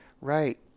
right